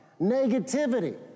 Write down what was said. Negativity